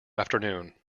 afternoon